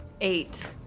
Eight